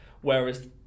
whereas